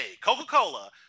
Coca-Cola